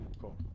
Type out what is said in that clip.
Cool